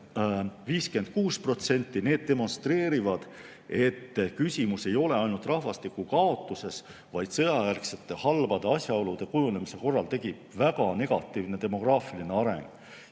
56% – demonstreerivad, et küsimus ei ole ainult rahvastikukaotuses, vaid sõjajärgsete halbade asjaolude kujunemise korral tekib väga negatiivne demograafiline areng.